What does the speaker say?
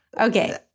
okay